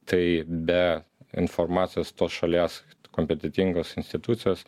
tai be informacijos tos šalies kompetentingos institucijos